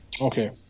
Okay